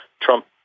Trump